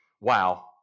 wow